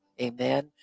Amen